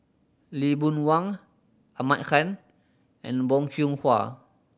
Lee Boon Wang Ahmad Han and Bong Hiong Hwa